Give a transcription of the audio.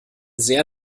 sehr